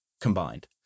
combined